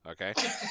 okay